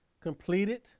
completed